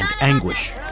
anguish